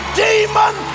demon